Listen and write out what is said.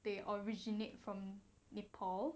they originate from nepal